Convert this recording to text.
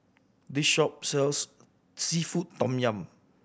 this shop sells seafood tom yum